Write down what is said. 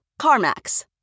CarMax